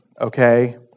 okay